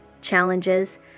challenges